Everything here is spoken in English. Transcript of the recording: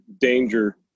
danger